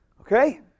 Okay